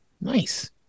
Nice